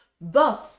thus